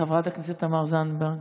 חברת הכנסת תמר זנדברג.